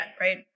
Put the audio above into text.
right